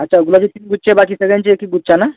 अच्छा गुलाबाचे तीन गुच्छ बाकी सगळ्यांचे एकेक गुच्छ ना